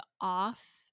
off